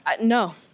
No